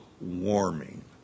warming